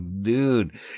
dude